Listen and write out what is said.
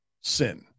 Sin